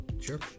sure